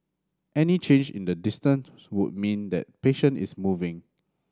any change in the distance would mean that patient is moving